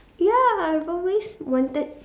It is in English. ya I've always wanted